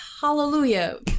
Hallelujah